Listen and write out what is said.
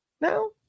No